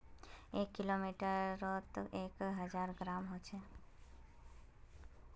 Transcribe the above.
एक किलोग्रमोत एक हजार ग्राम होचे